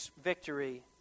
victory